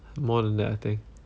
more than that I think